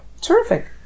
Terrific